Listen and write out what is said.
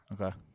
okay